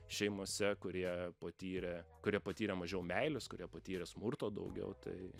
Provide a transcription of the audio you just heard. šeimose kurie patyrė kurie patyrė mažiau meilės kurie patyrė smurto daugiau tai